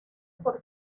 por